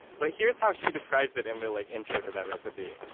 but here's how she describes it in the, like, intro to that recipe.